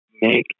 Make